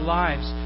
lives